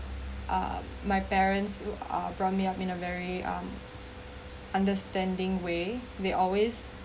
uh my parents uh brought me up in a very um understanding way they always